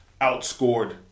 outscored